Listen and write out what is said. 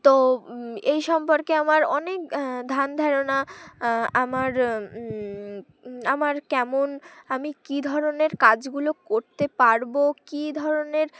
তো এই সম্পর্কে আমার অনেক ধ্যান ধারনা আমার আমার কেমন আমি কি ধরনের কাজ গুলো করতে পারবো কি ধরনের